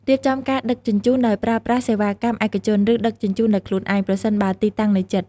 រៀបចំការដឹកជញ្ជូនដោយប្រើប្រាស់សេវាកម្មឯកជន ឬដឹកជញ្ជូនដោយខ្លួនឯង ប្រសិនបើទីតាំងនៅជិត។